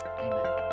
amen